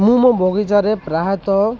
ମୁଁ ମୋ ବଗିଚାରେ ପ୍ରାୟତଃ